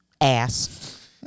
Ass